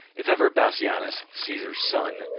if ever bassianus, caesar's son,